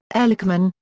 ehrlichman,